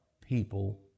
people